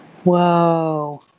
Whoa